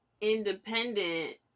independent